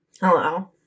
hello